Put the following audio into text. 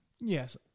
Yes